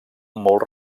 molt